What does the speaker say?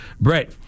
Brett